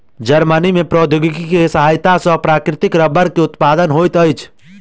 Germany में प्रौद्योगिकी के सहायता सॅ प्राकृतिक रबड़ के उत्पादन होइत अछि